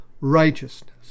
righteousness